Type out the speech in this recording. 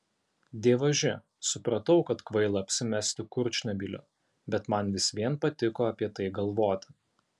dievaži supratau kad kvaila apsimesti kurčnebyliu bet man vis vien patiko apie tai galvoti